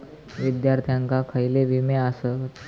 विद्यार्थ्यांका खयले विमे आसत?